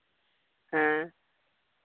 ᱦᱮᱸ